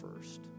first